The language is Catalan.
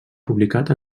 publicat